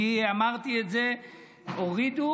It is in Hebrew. אני אמרתי את זה, הורידו.